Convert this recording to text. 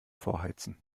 vorheizen